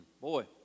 Boy